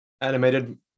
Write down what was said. animated